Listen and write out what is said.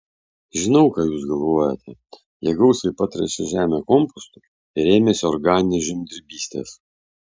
žinau ką jūs galvojate jie gausiai patręšė žemę kompostu ir ėmėsi organinės žemdirbystės